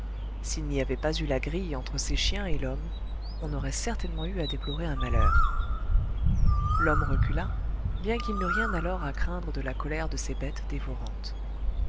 s'il n'y avait pas eu la grille entre ces chiens et l'homme on aurait certainement eu à déplorer un malheur l'homme recula bien qu'il n'eût rien alors à craindre de la colère de ces bêtes dévorantes